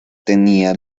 tenía